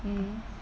mm